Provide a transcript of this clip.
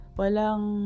walang